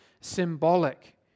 symbolic